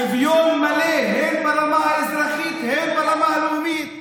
שוויון מלא הן ברמה האזרחית הן ברמה הלאומית.